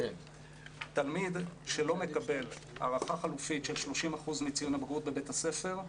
תלמיד שלא מקבל הערכה חלופית של 30% מציון הבגרות בבית הספר,